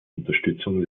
unterstützung